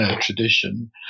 tradition